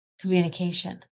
communication